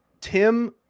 Tim